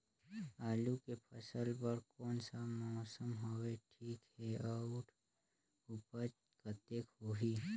आलू के फसल बर कोन सा मौसम हवे ठीक हे अउर ऊपज कतेक होही?